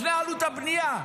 לפני עלות הבנייה.